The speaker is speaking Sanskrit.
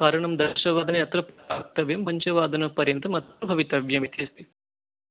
कारणं दशवादने अत्र प्राप्तव्यं पञ्चवादनपर्यन्तम् अत्र भवितव्यमिति अस्ति